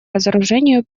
разоружению